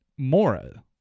Mora